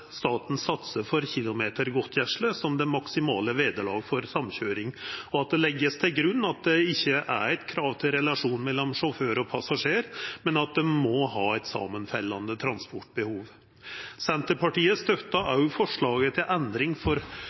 satsar for kilometergodtgjersle som det maksimale vederlaget for samkøyringa, og at det vert lagt til grunn at det ikkje er eit krav til relasjon mellom sjåfør og passasjer, men at dei må ha eit samanfallande transportbehov. Senterpartiet støttar òg forslaget til endring